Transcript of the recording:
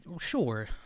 Sure